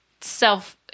self